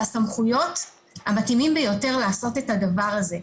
והסמכויות המתאימות ביותר לעשות את הדבר הזה.